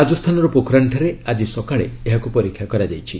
ରାଜସ୍ଥାନର ପୋଖରାନଠାରେ ଆଜି ସକାଳେ ଏହାକୁ ପରୀକ୍ଷା କରାଯାଇଛି